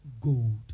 gold